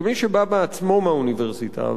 כמי שבא בעצמו מהאוניברסיטה,